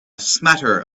smatter